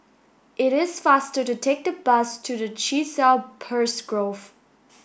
it is faster to take the bus to Chiselhurst Grove